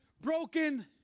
broken